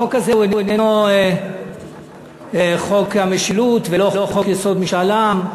החוק הזה הוא איננו חוק המשילות ולא חוק-יסוד: משאל עם,